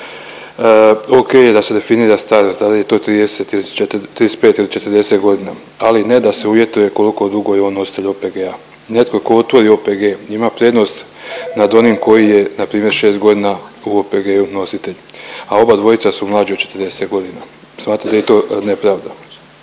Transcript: Ok, je da se definira starost da li je to 30, 35 ili 40 godina, ali ne da se uvjetuje koliko dugo je on nositelj OPG-a. Netko tko otvori OPG ima prednost nad onim koji je npr. 6 godina u OPG-u nositelj, a oba dvojica su mlađi od 40 godina. Smatram da je to nepravda.